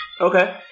Okay